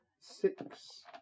Six